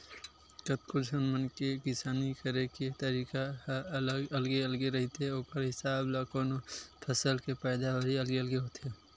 कतको झन मन के किसानी करे के तरीका ह अलगे अलगे रहिथे ओखर हिसाब ल कोनो फसल के पैदावारी अलगे अलगे होथे